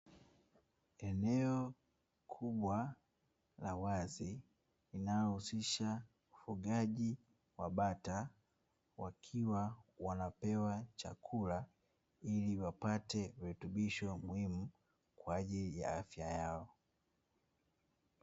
Eneo kubwa la wazi linalohusisha ufugaji wa bata, wakiwa wanapewa chakula ili wapate virutubisho muhimu kwa ajili ya afya yao.